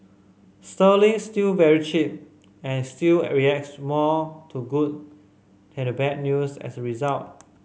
sterling's still very cheap and still reacts more to good bad news as a result